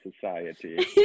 society